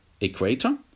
equator